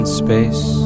space